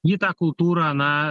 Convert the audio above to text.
į tą kultūrą na